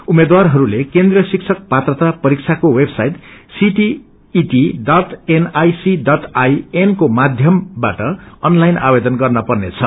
उम्मेद्वारहस्ले केन्द्रिय शिक्षक पात्रता परीक्षाको वेबसाईट सीटिईटि डट एन आद्रसी डट एन अंको माध्यमबाट अन्ताठल आवेदन गर्नुपर्नेछ